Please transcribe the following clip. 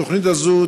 התוכנית הזאת,